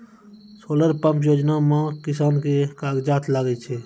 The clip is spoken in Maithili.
सोलर पंप योजना म किसान के की कागजात लागै छै?